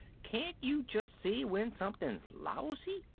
can't you just see when something's lousy?